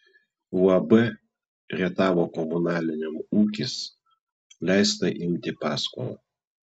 uab rietavo komunaliniam ūkis leista imti paskolą